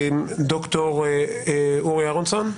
ד"ר אורי אהרונסון.